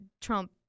Trump